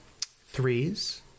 Threes